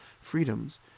freedoms